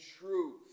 truth